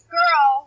girl